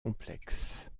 complexe